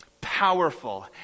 powerful